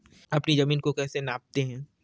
अपनी जमीन को कैसे नापते हैं?